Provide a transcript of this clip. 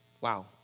Wow